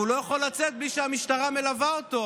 הוא לא יכול לצאת בלי שהמשטרה מלווה אותו.